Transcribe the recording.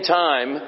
time